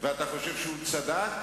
ואתה חושב שהוא צדק?